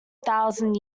thousand